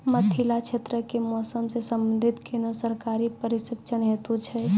मिथिला क्षेत्रक कि मौसम से संबंधित कुनू सरकारी प्रशिक्षण हेतु छै?